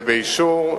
ובאישור,